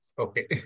Okay